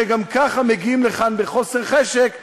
שגם ככה מגיעים לכאן בחוסר חשק,